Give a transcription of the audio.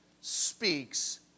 speaks